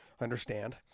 understand